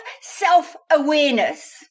self-awareness